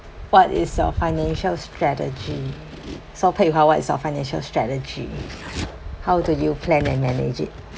what is your financial strategy so Pei Hwa what is your financial strategy how to you plan and manage it